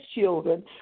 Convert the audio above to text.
children